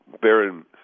Baron